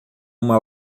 uma